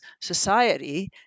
society